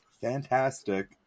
fantastic